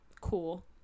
Cool